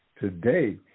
today